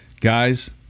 Guys